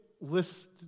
list